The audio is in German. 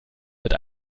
mit